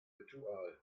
ritual